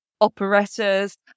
operettas